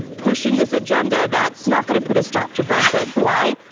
pushing this agenda that's not going to put a stop to brexit. why?